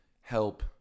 help